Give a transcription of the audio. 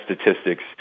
statistics